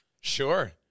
sure